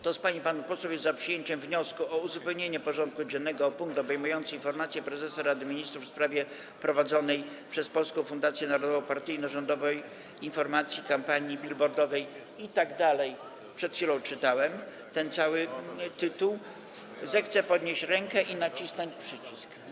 Kto z pań i panów posłów jest za przyjęciem wniosku o uzupełnienie porządku dziennego o punkt obejmujący informację prezesa Rady Ministrów w sprawie prowadzonej przez Polską Fundację Narodową partyjno-rządowej informacyjnej kampanii billboardowej itd. - przed chwilą odczytałem całe brzmienie - zechce podnieść rękę i nacisnąć przycisk.